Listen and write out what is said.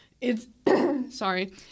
it's—sorry—